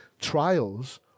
trials